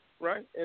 right